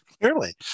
Clearly